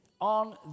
on